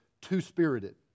two-spirited